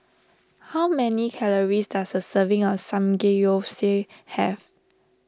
how many calories does a serving of Samgeyopsal have